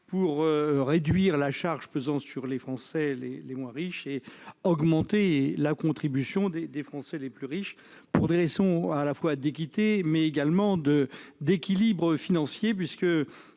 pour réduire la charge pesant sur les Français les moins riches et pour augmenter la contribution des Français les plus fortunés, pour des raisons d'équité, mais également d'équilibre financier.